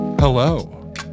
Hello